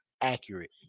accurate